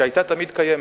שתמיד היתה קיימת.